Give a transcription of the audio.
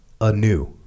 Anew